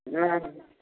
नहि